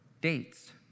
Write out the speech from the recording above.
dates